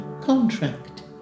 contract